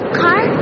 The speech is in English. car